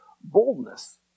boldness